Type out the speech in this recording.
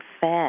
fed